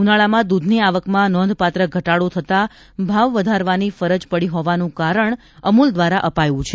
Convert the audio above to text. ઉનાળામાં દૂધની આવકમાં નોંધપાત્ર ઘટાડો થતા ભાવ વધારવાની ફરજ પડી હોવાનું કારણ અમૂલ દ્વારા અપાયું છે